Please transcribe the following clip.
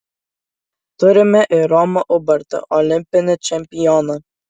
turime ir romą ubartą olimpinį čempioną